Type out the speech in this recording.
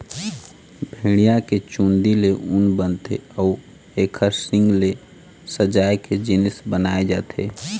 भेड़िया के चूंदी ले ऊन बनथे अउ एखर सींग ले सजाए के जिनिस बनाए जाथे